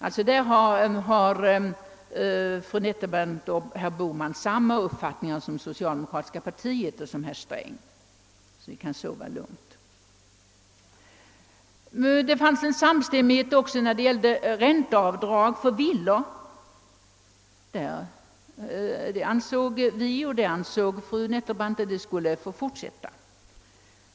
Det ville för övrigt inte heller herr Bohman, och vi kan alltså sova lugnt. Det rådde även samstämmighet när det gällde ränteavdrag för villor. Både fru Nettelbrandt och vi anser att dessa avdrag skall få göras även i fortsättningen.